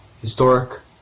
historic